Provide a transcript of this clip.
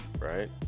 right